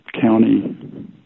county